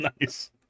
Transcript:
Nice